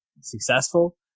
successful